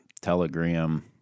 Telegram